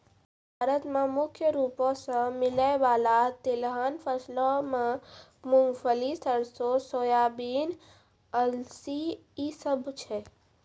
भारत मे मुख्य रूपो से मिलै बाला तिलहन फसलो मे मूंगफली, सरसो, सोयाबीन, अलसी इ सभ छै